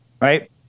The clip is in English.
Right